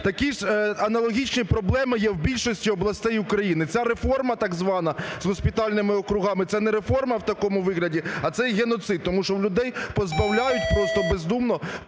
Такі ж, аналогічні проблеми є в більшості областей України. Ця реформа так звана з госпітальними округами – це не реформа в такому вигляді, а це є геноцид, тому що людей позбавляють просто бездумно